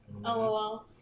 LOL